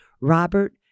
Robert